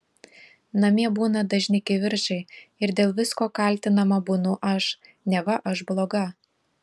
namie būna dažni kivirčai ir dėl visko kaltinama būnu aš neva aš bloga